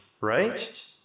right